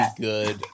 good